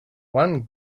one